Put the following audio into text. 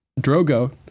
Drogo